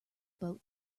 boat